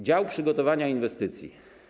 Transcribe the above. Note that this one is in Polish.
Dział przygotowania inwestycji.